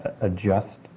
adjust